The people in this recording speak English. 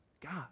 God